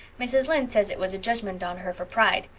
mrs. lynde says it was a judgment on her for pride.